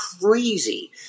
crazy